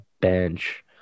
bench